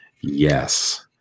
Yes